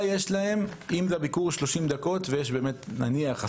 אם הביקור הוא 30 דקות ויש 10 ילדים,